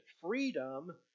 freedom